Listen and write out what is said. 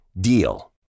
DEAL